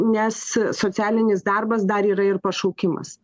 nes socialinis darbas dar yra ir pašaukimas